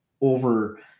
over